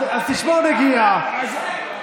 אז תשמור נגיעה.